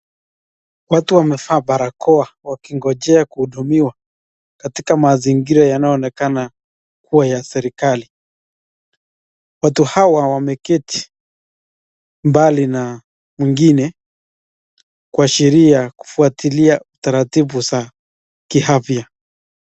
Watu wamevaa barakoa wakiongojea kuhudumiwa katika mazigira yanayoonekana kuwa ya serekali. Watu hawa wameketi mbali na mwingine kuashiria kufuatia taratibu za kiafya.